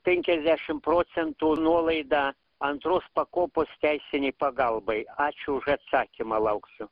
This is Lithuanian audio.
penkiasdešim procentų nuolaida antros pakopos teisinei pagalbai ačiū už atsakymą lauksiu